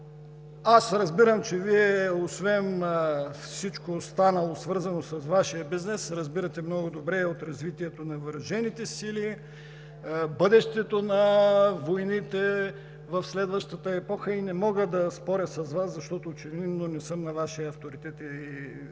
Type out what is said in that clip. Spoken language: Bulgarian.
аз разбирам, че Вие освен всичко останало, свързано с Вашия бизнес, разбирате много добре и от развитието на въоръжените сили, бъдещето на войните в следващата епоха и не мога да споря с Вас, защото очевидно не съм на Вашия авторитет и експертно